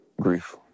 grief